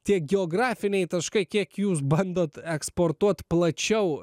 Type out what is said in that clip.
tie geografiniai taškai kiek jūs bandot eksportuot plačiau